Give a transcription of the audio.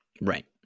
Right